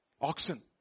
Oxen